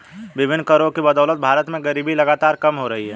विभिन्न करों की बदौलत भारत में गरीबी लगातार कम हो रही है